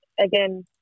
again